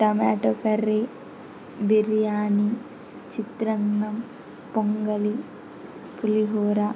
tomato curry biryani చిత్రన్నం పొంగలి పులిహోర